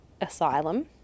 asylum